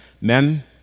men